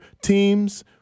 teams